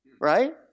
right